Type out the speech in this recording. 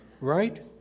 Right